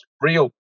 real